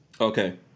Okay